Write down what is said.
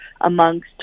amongst